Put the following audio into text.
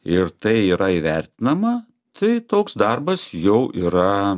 ir tai yra įvertinama tai toks darbas jau yra